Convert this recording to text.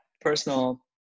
personal